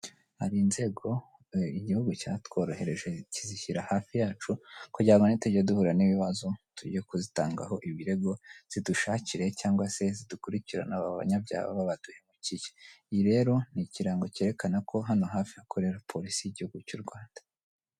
Hari inzego igihugu cyatworohereje kizishyira hafi yacu kugira ngo nitujya duhura n'ibibazo, tujye kuzitangaho ibirego, zidushakire cyangwa se zidukurikiranire aba banyabyaha baba baduhemukiye, iyi rero ni ikirango cyerekana ko hano hafi hakorera polisi y'igihugu cy'u Rwanda.